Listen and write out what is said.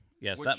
yes